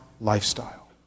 lifestyle